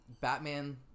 Batman